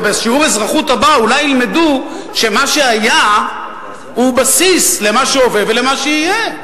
ובשיעור אזרחות הבא אולי ילמדו שמה שהיה הוא בסיס למה שהווה ולמה שיהיה,